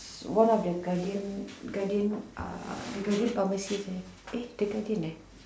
one of the Guardian Guardian uh the Guardian pharmacies there eh the Guardian [neh]